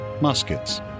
muskets